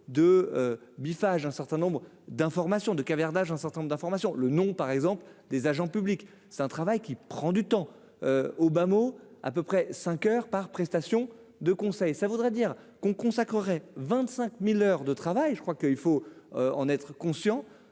de bis-Phase, un certain nombre d'informations de caviardage un certain nombre d'informations, le nom, par exemple, des agents publics, c'est un travail qui prend du temps, Obama à peu près cinq heures par prestation de conseil, ça voudrait dire qu'on consacrerait 25000 heures de travail, je crois qu'il faut en être conscient,